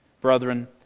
Brethren